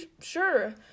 sure